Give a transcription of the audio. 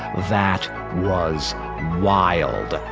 that was wild.